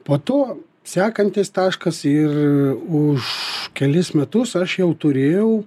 po to sekantis taškas ir už kelis metus aš jau turėjau